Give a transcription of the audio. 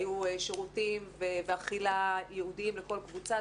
היו שירותים ואכילה ייעודיים לכל קבוצה,